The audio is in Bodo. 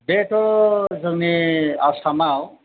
बेथ' जोंनि आसामाव